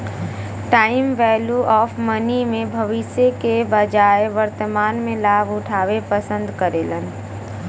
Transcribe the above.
time value of money में भविष्य के बजाय वर्तमान में लाभ उठावे पसंद करेलन